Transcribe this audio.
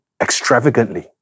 extravagantly